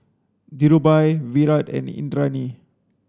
Dhirubhai Virat and Indranee